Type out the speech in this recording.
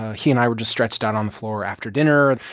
he and i were just stretched out on the floor after dinner.